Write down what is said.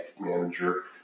manager